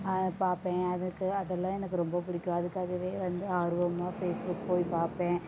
அது பார்ப்பேன் அதுக்கு அதெல்லாம் எனக்கு ரொம்ப பிடிக்கும் அதுக்காகவே வந்து ஆர்வமாக ஃபேஸ்புக் போய் பார்ப்பேன்